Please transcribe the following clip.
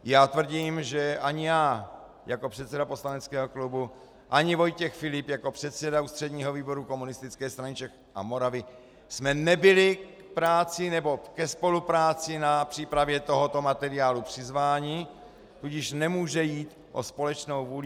Já tvrdím, že ani já jako předseda poslaneckého klubu ani Vojtěch Filip jako předseda Ústředního výboru Komunistické strany Čech a Moravy jsme nebyli ke spolupráci na přípravě tohoto materiálu přizváni, tudíž nemůže jít o společnou vůli.